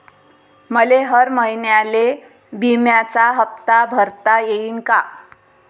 मले हर महिन्याले बिम्याचा हप्ता भरता येईन का?